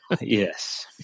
Yes